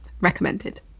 recommended